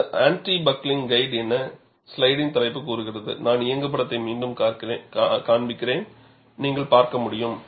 இது ஆன்டி பக்ளின் கைடு என ஸ்லைட்டின் தலைப்பு கூறுகிறது நான் இயங்குபடத்தை மீண்டும் காண்பிக்கிறேன் நீங்கள் பார்க்க முடியும்